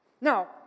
Now